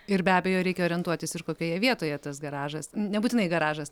ir be abejo reikia orientuotis ir kokioje vietoje tas garažas nebūtinai garažas